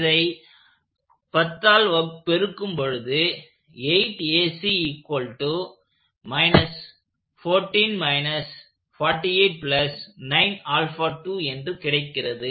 இதை 10ஆல் பெருக்கும் பொழுது என்று கிடைக்கிறது